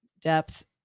depth